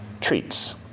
treats